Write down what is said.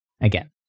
Again